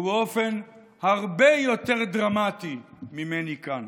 ובאופן הרבה יותר דרמטי ממני כאן.